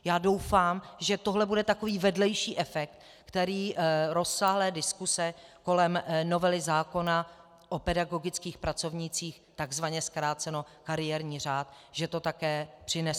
Já doufám, že tohle bude takový vedlejší efekt rozsáhlé diskuse kolem novely zákona o pedagogických pracovnících, tzv. zkráceno kariérní řád, který to také přinese.